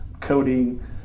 coding